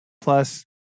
Plus